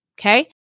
Okay